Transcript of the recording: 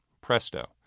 Presto